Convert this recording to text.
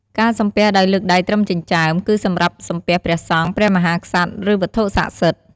ការសំពះដោយលើកដៃត្រឹមចិញ្ចើម គឺសម្រាប់សំពះព្រះសង្ឃ ព្រះមហាក្សត្រ ឬវត្ថុស័ក្តិសិទ្ធិ។